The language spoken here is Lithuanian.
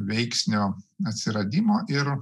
veiksnio atsiradimo ir